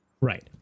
Right